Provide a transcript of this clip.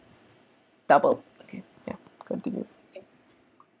double okay ya continue